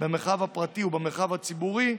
במרחב הפרטי ובמרחב הציבורי,